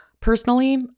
Personally